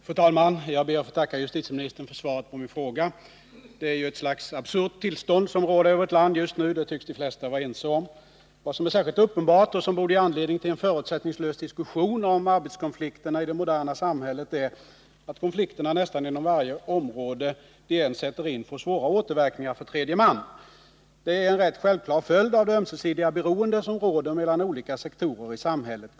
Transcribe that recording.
Fru talman! Jag ber att få tacka justitieministern för svaret på min fråga. Det är ett slags absurt tillstånd som råder i vårt land just nu; det tycks de flesta vara ense om. Vad som är särskilt uppenbart och som borde ge anledning till en förutsättningslös diskussion om arbetskonflikterna i det moderna samhället är att konflikterna inom nästan varje område där de sätter in får svåra återverkningar för tredje man. Det är en rätt självklar följd av det ömsesidiga beroende som råder mellan olika sektorer i samhället.